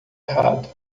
errado